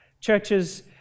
Churches